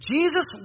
Jesus